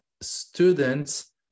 students